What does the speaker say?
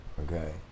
Okay